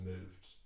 moved